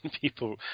people